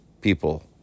people